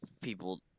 people